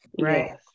Right